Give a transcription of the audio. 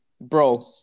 Bro